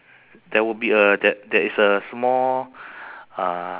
shack uh shack open